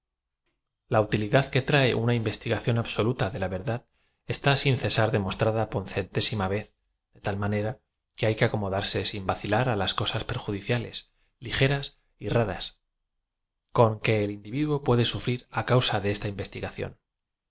a utilidad que trae una investigación absolota de la verdad está sin cesar demostrada por centésima vez de tal manera que hay que acomodarse sia v a cilar á las cosas perjudiciales ligeras y raras con que e l individuo puede sufrir causa de esta